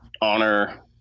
honor